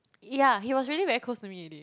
yeah he was really very close to me already